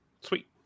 Sweet